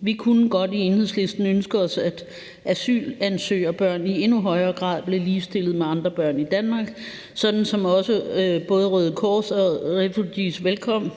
Vi kunne godt i Enhedslisten ønske os, at asylansøgerbørn i endnu højere grad blev ligestillet med andre børn i Danmark, sådan som også både Røde Kors og Refugees Welcome